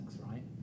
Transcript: right